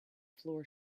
floor